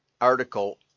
article